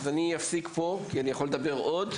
אז אני אפסיק פה, כי אני יכול לדבר עוד.